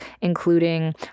including